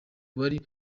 wari